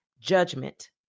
judgment